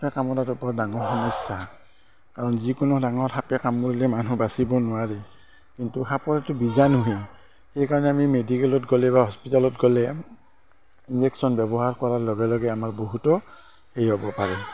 সাপে কামুৰাটো বৰ ডাঙৰ সমস্যা কাৰণ যিকোনো ডাঙৰ সাপে কামোৰিলে মানুহ বাচিব নোৱাৰে কিন্তু সাপৰ এইটো বীজাণুহে সেইকাৰণে আমি মেডিকেলত গ'লে বা হস্পিতালত গ'লে ইনজেক্যন ব্যৱহাৰ কৰাৰ লগে লগে আমাৰ বহুতো হেৰি হ'ব পাৰে